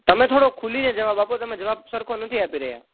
તમે થોડો ખુલ્લીને જવાબ આપો તમે જવાબ સરખો નથી આપી રહ્યા